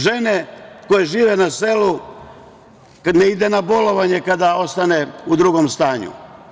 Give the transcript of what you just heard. Žene koje žive na selu ne idu na bolovanje kada ostanu u drugom stanju.